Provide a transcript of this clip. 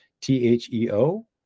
T-H-E-O